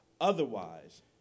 Otherwise